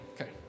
Okay